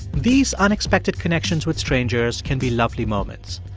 these unexpected connections with strangers can be lovely moments.